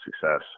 success